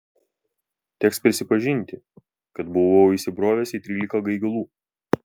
teks prisipažinti kad buvau įsibrovęs į trylika gaigalų